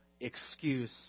excuse